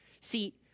See